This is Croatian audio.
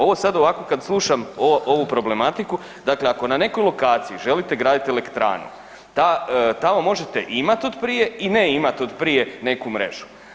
Ovo sad ovako kad slušam ovu problematiku, dakle ako na nekoj lokaciji želite graditi elektranu, tamo možete imat od prije i ne imat od prije neku mrežu.